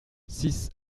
six